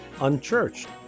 unchurched